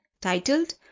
titled